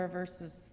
verses